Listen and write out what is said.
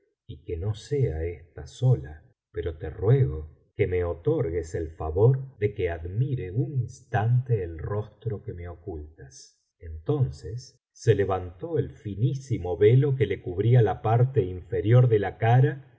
y que no sea esta sola pero te ruego que me otorgues el favor de que admire un instante el rostro que me ocultas entonces se levantó el finísimo velo que le cubría la parte inferior de la cara